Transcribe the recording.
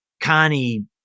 Connie